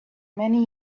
many